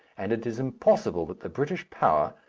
and it is impossible that the british power,